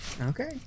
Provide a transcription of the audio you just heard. okay